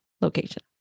location